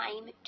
time